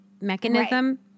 mechanism